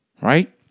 Right